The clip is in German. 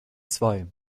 zwei